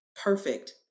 perfect